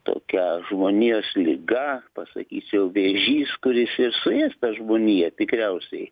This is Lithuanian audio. tokia žmonijos liga pasakysiu jau vėžys kuris ir suės tą žmoniją tikriausiai